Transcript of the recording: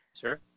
Sure